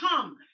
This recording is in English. come